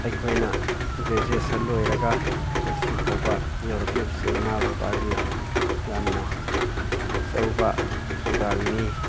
ꯑꯩꯈꯣꯏꯅ ꯒ꯭ꯔꯦꯖꯨꯌꯦꯁꯟ ꯂꯣꯏꯔꯒ ꯃꯁꯤꯐꯥꯎꯕ ꯌꯧꯔꯛꯂꯤꯕꯁꯤ ꯏꯃꯥ ꯕꯕꯥꯒꯤ ꯌꯥꯝꯅ ꯑꯆꯧꯕ ꯊꯧꯗꯥꯡꯅꯤ